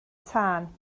tân